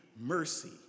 mercy